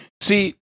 See